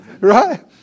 Right